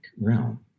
realm